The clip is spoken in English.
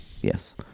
yes